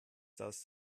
das